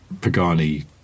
pagani